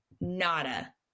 nada